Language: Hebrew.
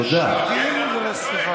תודה רבה שבאת, להתראות.